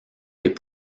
des